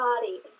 body